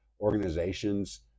organizations